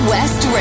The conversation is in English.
West